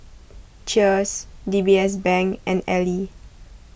Cheers DBS Bank and Elle